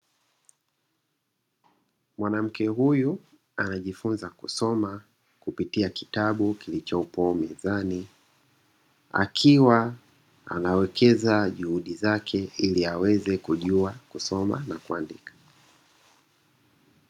Mwanamke huyu anajifunza kusoma kupitia kitabu kilichopo mezani, akiwa anawekeza juhudi zake ili aweze kujua kusoma na kuandika.